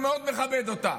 אני מאוד מכבד אותה,